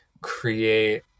create